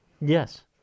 Yes